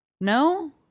No